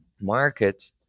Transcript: market